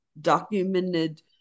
documented